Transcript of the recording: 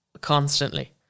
constantly